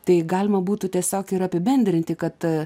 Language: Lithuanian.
tai galima būtų tiesiog ir apibendrinti kad